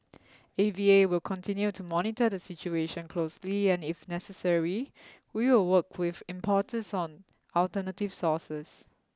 A V A will continue to monitor the situation closely and if necessary we will work with importers on alternative sources